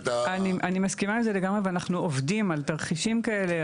אני מסכימה עם זה לגמרי ואנחנו עובדים על תרחישים כאלה,